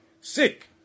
sick